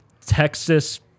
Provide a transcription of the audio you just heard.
Texas